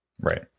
Right